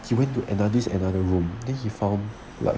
you went to another another room then he found like